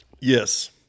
Yes